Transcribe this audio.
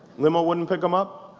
limo wouldn't pick him up?